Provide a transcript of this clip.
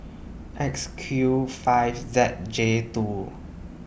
X Q five Z J two